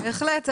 בהחלט.